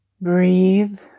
Breathe